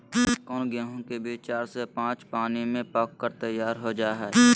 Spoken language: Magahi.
कौन गेंहू के बीज चार से पाँच पानी में पक कर तैयार हो जा हाय?